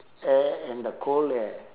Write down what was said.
air and the cold air